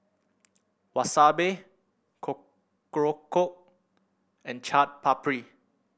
Wasabi Korokke and Chaat Papri